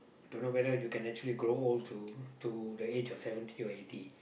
don't know whether you can actually grow old to to the age of seventy or eighty